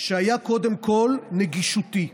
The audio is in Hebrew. שהיה קודם כול נגישותי,